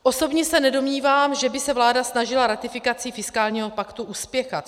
Osobně se nedomnívám, že by se vláda snažila ratifikaci fiskálního paktu uspěchat.